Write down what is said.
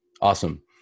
Awesome